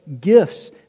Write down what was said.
gifts